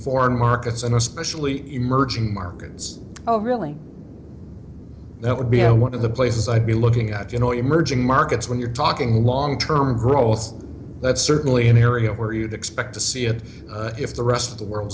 foreign markets and especially emerging markets oh really that would be one of the places i'd be looking at you know emerging markets when you're talking long term growth that's certainly an area where you'd expect to see it if the rest of the world